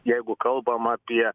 jeigu kalbam apie